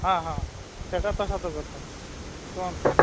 ହଁ ହଁ ସେଇଟା ତ ସତ କଥା କୁହନ୍ତୁ